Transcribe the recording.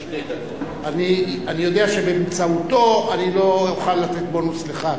אני יודע שבאמצעותו אני לא אוכל לתת בונוס לך,